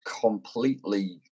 completely